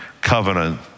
covenant